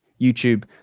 YouTube